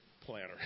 planner